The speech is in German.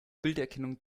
bilderkennung